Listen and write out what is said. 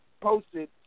posted